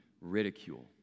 ridicule